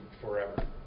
forever